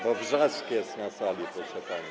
Bo wrzask jest na sali, proszę pani.